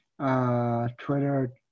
Twitter